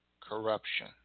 corruption